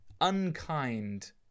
unkind